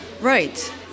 Right